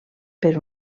per